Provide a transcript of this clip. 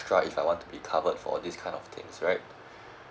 so if I want to be covered for this kind of things right